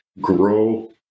grow